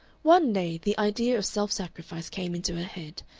one day the idea of self-sacrifice came into her head,